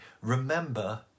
remember